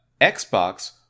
Xbox